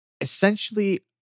essentially